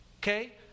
okay